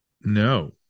No